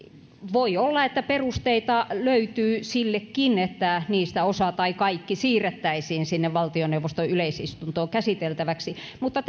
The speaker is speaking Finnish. voi olla että perusteita löytyy sillekin että niistä osa tai kaikki siirrettäisiin sinne valtioneuvoston yleisistuntoon käsiteltäväksi mutta